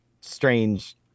strange